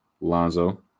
Lonzo